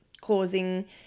causing